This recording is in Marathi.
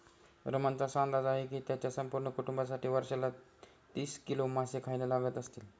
रमणचा असा अंदाज आहे की त्याच्या संपूर्ण कुटुंबासाठी वर्षाला तीस किलो मासे खायला लागत असतील